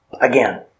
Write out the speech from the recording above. Again